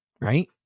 right